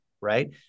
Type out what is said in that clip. right